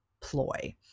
ploy